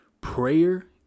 Prayer